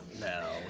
No